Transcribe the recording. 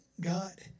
God